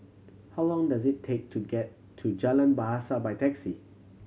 how long does it take to get to Jalan Bahasa by taxi